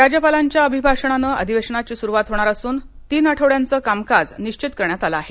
राज्यपालांच्या अभिभाषणानं अधिवेशनाची सुरुवात होणार असून तीन आठवड्यांचं कामकाज निश्वित करण्यात आलं आहे